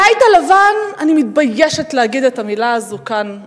הבית הלבן, אני מתביישת להגיד את המלה הזו כאן,